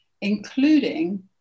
including